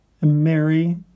Mary